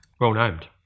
Well-named